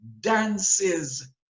dances